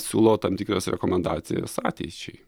siūlo tam tikras rekomendacijas ateičiai